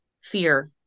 fear